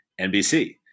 NBC